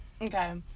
Okay